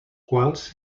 quals